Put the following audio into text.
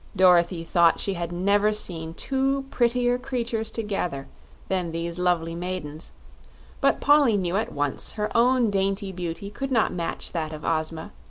dorothy thought she had never seen two prettier creatures together than these lovely maidens but polly knew at once her own dainty beauty could not match that of ozma,